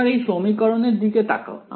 এবার এই সমীকরণের দিকে তাকাও